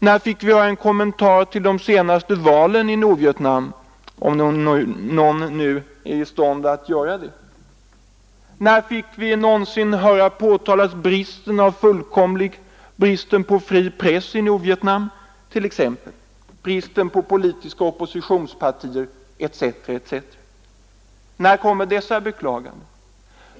När fick vi höra en kommentar till de senaste valen i Nordvietnam? Kanske finns det inte någon som är i stånd att göra det? När fick vi höra påtalas den fullständiga bristen på fri press och på politiska oppositionspartier i Nordvietnam?